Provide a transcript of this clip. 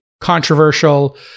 controversial